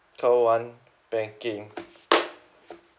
call one banking